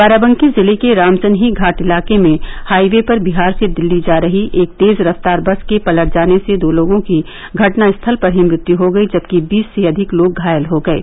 बाराबंकी जिले के रामसनेही घाट इलाके में हाइवे पर बिहार से दिल्ली जा रही एक तेज रफ्तार बस के पलट जाने से दो लोगों की घटना स्थल पर ही मृत्यु हो गयी जबकि बीस से अधिक लोग घायल हो गये